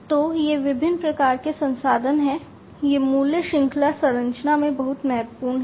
तो ये विभिन्न प्रकार के संसाधन हैं ये मूल्य श्रृंखला संरचना में बहुत महत्वपूर्ण हैं